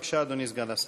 בבקשה, אדוני סגן השר.